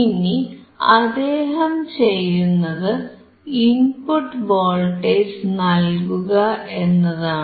ഇനി അദ്ദേഹം ചെയ്യുന്നത് ഇൻപുട്ട് വോൾട്ടേജ് നൽകുക എന്നതാണ്